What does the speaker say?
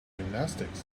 gymnastics